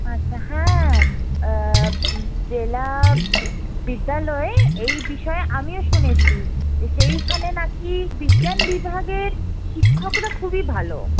আচ্ছা হ্যাঁ জেলা বিদ্যালয়ে এই বিষয়ে আমিও শুনেছি যে সেইখানে নাকি বিজ্ঞান বিভাগের শিক্ষকরা খুবই ভালো